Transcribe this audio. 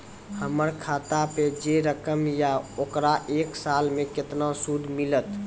हमर खाता पे जे रकम या ओकर एक साल मे केतना सूद मिलत?